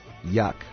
Yuck